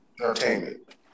entertainment